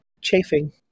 chafing